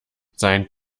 sein